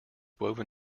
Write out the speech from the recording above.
woven